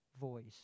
voice